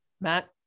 Matt